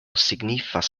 signifas